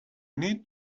need